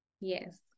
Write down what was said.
yes